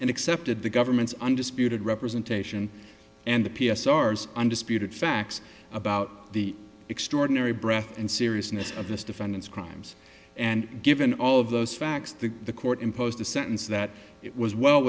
and accepted the government's undisputed representation and the p s r s undisputed facts about the extraordinary breath and seriousness of this defendant's crimes and given all of those facts to the court imposed a sentence that it was well